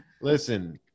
Listen